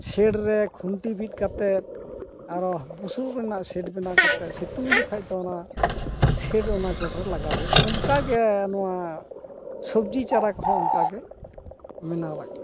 ᱥᱮᱰᱨᱮ ᱠᱷᱩᱱᱴᱤ ᱵᱤᱫ ᱠᱟᱛᱮᱫ ᱟᱨᱚ ᱵᱩᱥᱩᱵ ᱨᱮᱱᱟᱜ ᱥᱮᱴ ᱵᱮᱱᱟᱣ ᱠᱟᱛᱮᱫ ᱥᱤᱛᱩᱝ ᱡᱚᱠᱷᱟᱡᱱ ᱫᱚ ᱚᱱᱟ ᱥᱮᱰ ᱚᱱᱟ ᱪᱚᱴᱨᱮ ᱞᱟᱜᱟᱣ ᱦᱩᱭᱩᱜᱼᱟ ᱚᱱᱠᱟᱜᱮ ᱱᱚᱣᱟ ᱥᱚᱵᱡᱤ ᱪᱟᱨᱟ ᱠᱚᱦᱚᱸ ᱚᱱᱠᱟᱜᱮ ᱵᱮᱱᱟᱣ ᱞᱟᱹᱠᱛᱤ